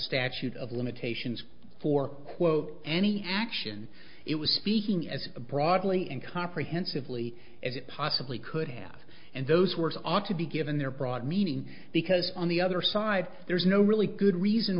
statute of limitations for quote any action it was speaking as broadly and comprehensively as it possibly could have and those words ought to be given their broad meaning because on the other side there's no really good reason